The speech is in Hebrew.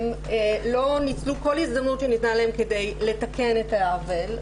הם לא ניצלו כל הזדמנות שניתנה להם כדי לתקן את העוול,